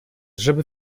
żeby